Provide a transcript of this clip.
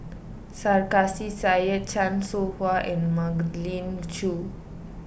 Sarkasi Said Chan Soh Ha and Magdalene Khoo